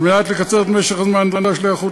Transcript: על מנת לקצר את משך הזמן הנדרש להיערכות